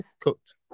cooked